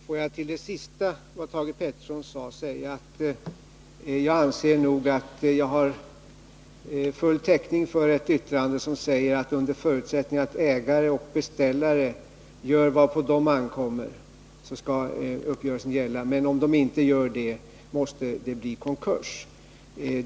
Herr talman! Jag anser nog att jag har full täckning för det yttrande i vilket sägs att under förutsättning att ägare och beställare gör vad på dem ankommer skall uppgörelsen gälla, men om de inte gör det måste det bli konkurs.